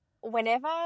whenever